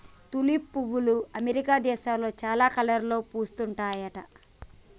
tulip పువ్వులు America దేశంలో చాలా కలర్లలో పూస్తుంటాయట